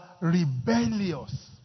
rebellious